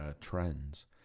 trends